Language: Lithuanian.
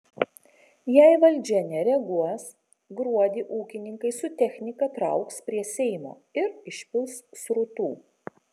jei valdžia nereaguos gruodį ūkininkai su technika trauks prie seimo ir išpils srutų